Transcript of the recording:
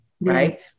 right